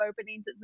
openings